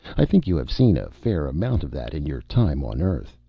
i think you have seen a fair amount of that in your time on earth?